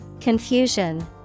Confusion